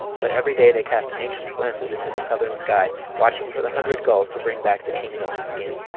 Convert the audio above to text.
but every day they cast anxious glances into the southern sky, watching for the hundred gulls to bring back the king's own skin.